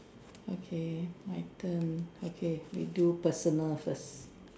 okay my turn okay we do personal first